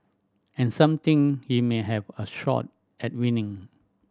and some think he may have a shot at winning